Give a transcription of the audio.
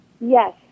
Yes